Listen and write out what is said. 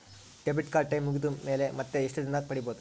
Debit card time ಮುಗಿದ ಮೇಲೆ ಮತ್ತೆ ಎಷ್ಟು ದಿನದಾಗ ಪಡೇಬೋದು?